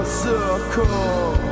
circle